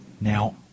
Now